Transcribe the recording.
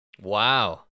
Wow